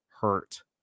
hurt